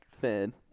fan